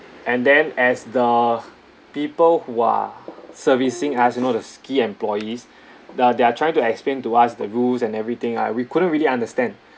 and then as the people who are servicing us you know the ski employees the they're trying to explain to us the rules and everything ah we couldn't really understand